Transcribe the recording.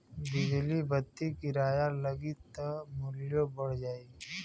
बिजली बत्ति किराया लगी त मुल्यो बढ़ जाई